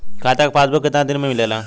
खाता के पासबुक कितना दिन में मिलेला?